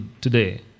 today